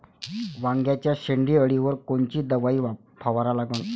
वांग्याच्या शेंडी अळीवर कोनची दवाई फवारा लागन?